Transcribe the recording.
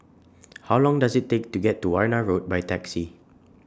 How Long Does IT Take to get to Warna Road By Taxi